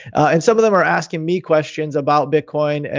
and some of them are asking me questions about bitcoin, and